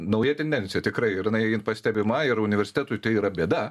nauja tendencija tikrai ir jinai pastebima ir universitetui tai yra bėda